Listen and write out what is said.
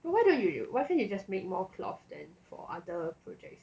why don't you why can't you just make more cloth then for other projects